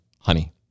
honey